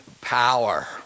power